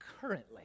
currently